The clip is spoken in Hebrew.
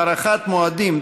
הארכת מועדים),